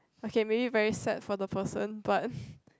okay mayne very sad for the person but